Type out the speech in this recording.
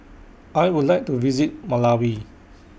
I Would like to visit Malawi